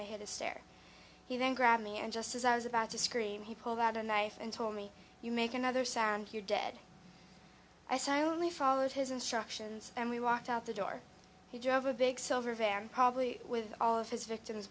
i hit a stair he then grabbed me and just as i was about to scream he pulled out a knife and told me you make another sound here dead i said i only followed his instructions and we walked out the door he drove a big silver van probably with all of his victims